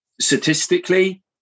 Statistically